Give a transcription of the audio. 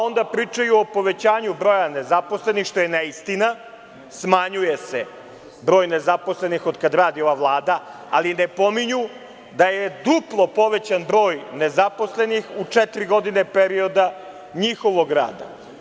Onda pričaju o povećanju broja nezaposlenih što je neistina, smanjuje se broj nezaposlenih otkad radi ova Vlada, ali ne pominju da je duplo povećan broj nezaposlenih u četiri godine perioda njihovog rada.